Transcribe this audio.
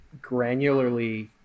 granularly